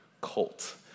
cult